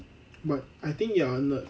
but I think you're a nerd